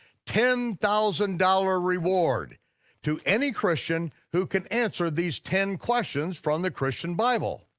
ten thousand dollars reward to any christian who can answer these ten questions from the christian bible.